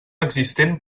existent